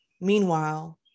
meanwhile